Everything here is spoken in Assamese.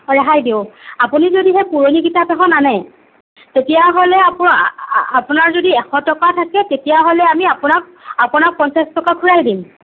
অঁ ৰেহাই দিওঁ আপুনি যদিহে পুৰণি কিতাপ এখন আনে তেতিয়াহ'লে আ আপোনাৰ যদি এশ টকা থাকে তেতিয়াহ'লে আমি আপোনাক আপোনাক পঞ্চাছ টকা ঘূৰাই দিম